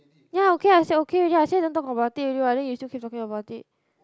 ya okay I said okay already what I say don't talk about it already what then you still keep talking about it